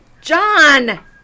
John